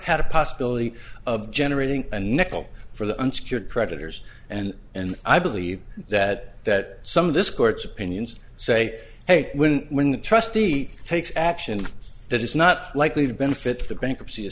had a possibility of generating a nickel for the unsecured creditors and and i believe that that some of this court's opinions say hey when when the trustee takes action that is not likely to benefit the bankruptcy